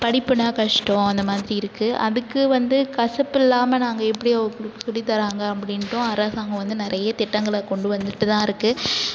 படிப்புன்னா கஷ்டம் அந்த மாதிரி இருக்கு அதுக்கு வந்து கசப்பில்லாமல் நாங்கள் எப்படி உங்களுக்கு சொல்லித்தராங்க அப்படின்ட்டும் அரசாங்க வந்து நிறைய திட்டங்களை கொண்டு வந்துகிட்டு தான் இருக்கு